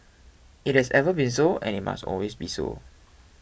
it has ever been so and it must always be so